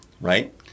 right